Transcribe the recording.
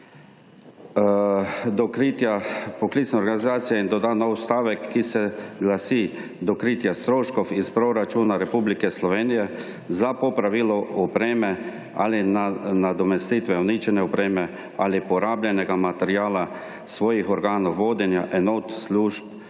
»ter poklicne organizacije« in doda nov odstavek, ki se glasi: »do kritja stroškov iz proračunov Republike Slovenije za popravilo opreme ali nadomestitve uničene opreme ali porabljenega materiala svojih organov vodenja enot, služb,